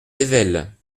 ayvelles